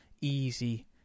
easy